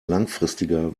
langfristiger